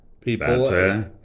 people